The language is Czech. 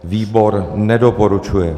Výbor nedoporučuje.